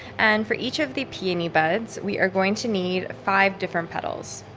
and for each of the peony buds, we are going to need five different petals.